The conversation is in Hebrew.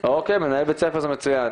מזל טוב!